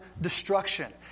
destruction